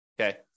Okay